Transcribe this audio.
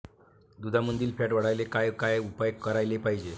दुधामंदील फॅट वाढवायले काय काय उपाय करायले पाहिजे?